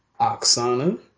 Oksana